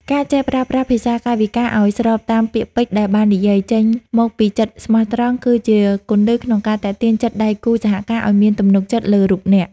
ការចេះប្រើប្រាស់ភាសាកាយវិការឱ្យស្របតាមពាក្យពេចន៍ដែលបាននិយាយ ចេញមកពីចិត្តស្មោះត្រង់ គឺជាគន្លឹះក្នុងការទាក់ទាញចិត្តដៃគូសហការឱ្យមានទំនុកចិត្តលើរូបអ្នក។